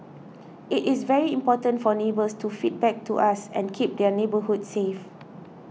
it is very important for neighbours to feedback to us and keep their neighbourhoods safe